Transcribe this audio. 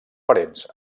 parents